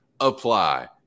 apply